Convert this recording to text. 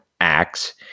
acts